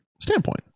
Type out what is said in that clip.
standpoint